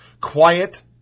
Quiet